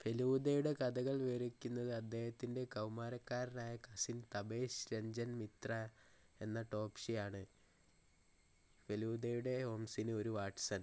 ഫെലൂദയുടെ കഥകൾ വിവരിക്കുന്നത് അദ്ദേഹത്തിന്റെ കൗമാരക്കാരനായ കസിൻ തപേഷ് രഞ്ജൻ മിത്ര എന്ന ടോപ്ഷെയാണ് ഫെലൂദയുടെ ഹോംസിന് ഒരു വാട്സൺ